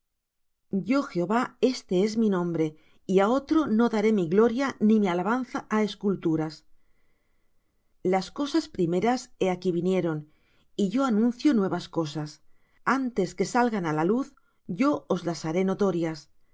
yo jehová este es mi nombre y á otro no daré mi gloria ni mi alabanza á esculturas las cosas primeras he aquí vinieron y yo anuncio nuevas cosas antes que salgan á luz yo os las haré notorias